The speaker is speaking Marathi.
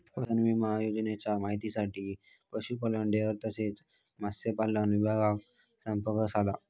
पशुधन विमा योजनेच्या माहितीसाठी पशुपालन, डेअरी तसाच मत्स्यपालन विभागाक संपर्क साधा